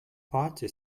party